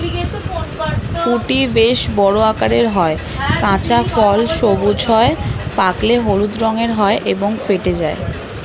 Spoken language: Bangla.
ফুটি বেশ বড় আকারের হয়, কাঁচা ফল সবুজ হয়, পাকলে হলুদ রঙের হয় এবং ফেটে যায়